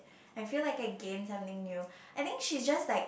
I feel like I gain something new I think she's just like